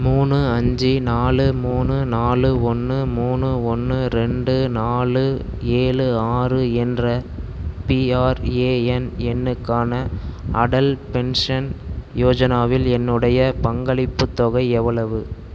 மூணு அஞ்சு நாலு மூணு நாலு ஒன்று மூணு ஒன்று ரெண்டு நாலு ஏழு ஆறு என்ற பிஆர்எஎன் எண்ணுக்கான அடல் பென்ஷன் யோஜனாவில் என்னுடைய பங்களிப்புத் தொகை எவ்வளவு